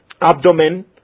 abdomen